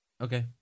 Okay